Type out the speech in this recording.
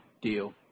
deal